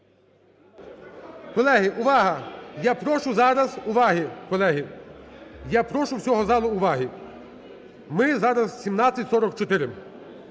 Колеги, увага! Я прошу зараз уваги, колеги. Я прошу у всього залу уваги. Ми зараз 1744.